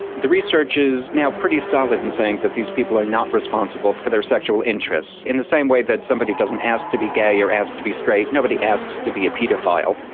the research is now pretty solid in saying that these people are not responsible for their sexual interests. in the same way that somebody doesn't ask to be gay, or ask to be straight, nobody asks to be a paedophile,